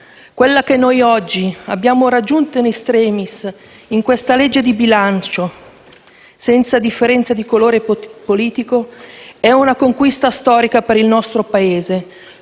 Quella che noi oggi abbiamo raggiunto *in extremis* in questo disegno di legge di bilancio, senza differenza di colore politico, è una conquista storica per il nostro Paese.